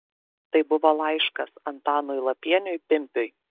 tai buvo laiškas antanui lapieniui pimpiui